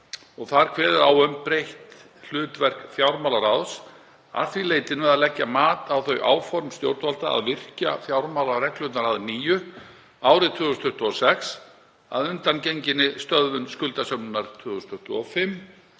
og kveðið á um breytt hlutverk fjármálaráðs að því leyti að leggja mat á þau áform stjórnvalda að virkja fjármálareglurnar að nýju árið 2026 að undangenginni stöðvun skuldasöfnunar 2025,